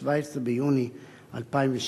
17 ביוני 2012,